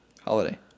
holiday